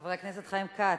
חבר הכנסת חיים כץ,